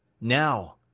Now